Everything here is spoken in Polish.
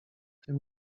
tym